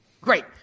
Great